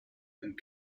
and